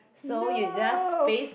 no